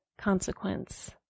consequence